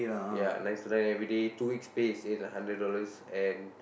ya nine to nine everyday two weeks pay is eight hundred dollars and